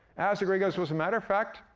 asa gray goes, well, as a matter of fact,